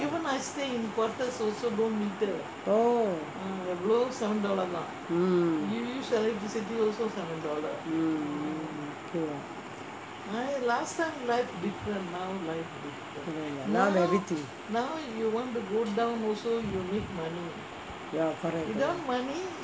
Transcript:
oh mm okay lah now ya correct correct